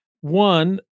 One